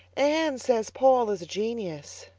anne says paul is a genius,